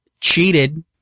cheated